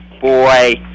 Boy